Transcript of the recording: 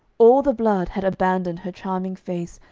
all the blood had abandoned her charming face,